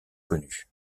connues